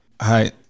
Hi